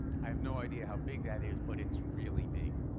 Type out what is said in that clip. i have no idea how big that is, but it's really big,